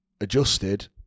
adjusted